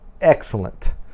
excellent